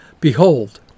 Behold